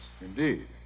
Indeed